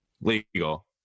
Legal